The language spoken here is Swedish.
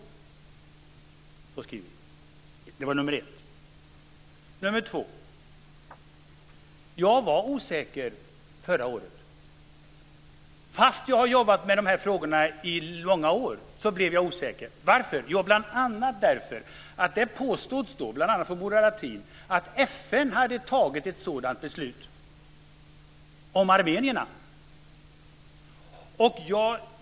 Så skriver vi. Det är det första. Det andra är följande. Jag var osäker förra året. Fast jag har jobbat med dessa frågor i många år blev jag osäker. Varför? Bl.a. därför att det påstods, bl.a. av Murad Artin, att FN hade fattat ett sådant beslut om armenierna.